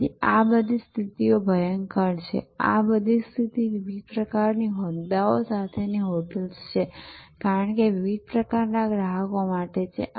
આ તેથી આ બધી સ્થિતિઓ ભયંકર છે આ બધી વિવિધ પ્રકારની હોદ્દાઓ સાથેની હોટેલ્સ છે કારણ કે વિવિધ પ્રકારના ગ્રાહકો માટે છે